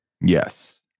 Yes